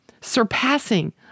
surpassing